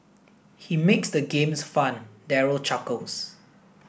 he makes the games fun Daryl chuckles